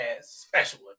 special